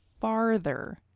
farther